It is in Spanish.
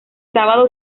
sábado